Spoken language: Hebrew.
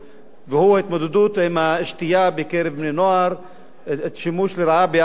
והם ההתמודדות עם השתייה בקרב בני-נוער ושימוש לרעה באלכוהול.